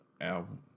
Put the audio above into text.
album